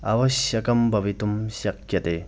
आवश्यकं भवितुं शक्यते